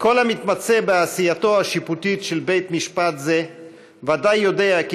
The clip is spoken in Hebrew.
"כל המתמצא בעשייתו השיפוטית של בית-משפט זה ודאי יודע כי